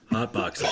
Hotbox